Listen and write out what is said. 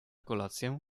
kolację